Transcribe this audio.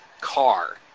car